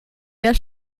der